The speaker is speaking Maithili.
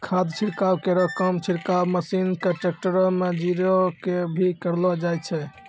खाद छिड़काव केरो काम छिड़काव मसीन क ट्रेक्टर में जोरी कॅ भी करलो जाय छै